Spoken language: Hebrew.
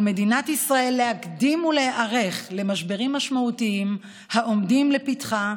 על מדינת ישראל להקדים ולהיערך למשברים המשמעותיים העומדים לפתחה,